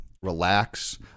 relax